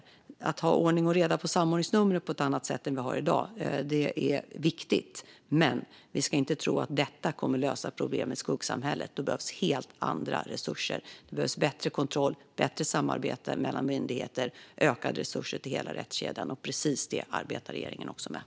Det är viktigt att ha ordning och reda på samordningsnummer på ett annat sätt än vad vi har i dag, men vi ska inte tro att detta kommer att lösa problemet med skuggsamhället. Där behövs helt andra resurser, såsom bättre kontroll, bättre samarbete mellan myndigheter och ökade resurser till hela rättskedjan. Regeringen arbetar precis med detta.